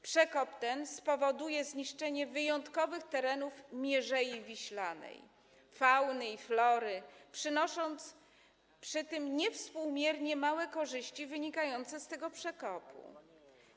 Przekop ten spowoduje zniszczenie wyjątkowych terenów Mierzei Wiślanej, fauny i flory, przynosząc przy tym niewspółmiernie małe korzyści wynikające z tego przekopu.